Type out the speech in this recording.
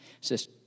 says